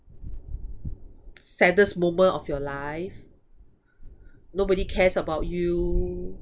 saddest moment of your life nobody cares about you